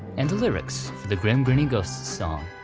and the lyrics for the grim grinning ghosts song.